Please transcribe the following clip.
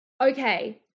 okay